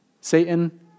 Satan